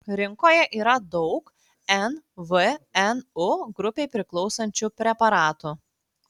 rinkoje yra daug nvnu grupei priklausančių preparatų